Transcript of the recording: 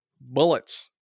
Bullets